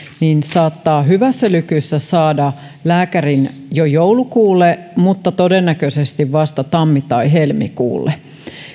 niin saattaa hyvässä lykyssä saada lääkärin jo joulukuulle mutta todennäköisesti vasta tammi tai helmikuulle